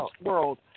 world